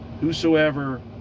Whosoever